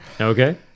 Okay